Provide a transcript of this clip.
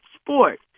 sport